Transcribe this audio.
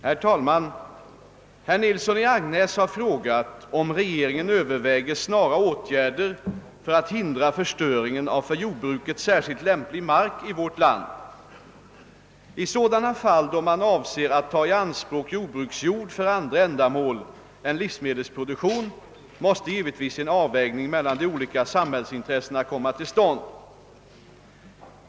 Herr talman! Herr Nilsson i Agnäs har frågat om regeringen överväger snara åtgärder för att hindra förstöringen av för jordbruket särskilt lämplig mark i vårt land. I sådana fall då man avser att ta i anspråk jordbruksjord för andra ändamål än livsmedelsproduktion måste givetvis en avvägning mellan de olika samhällsintressena komma till stånd.